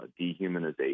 dehumanization